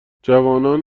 جوانان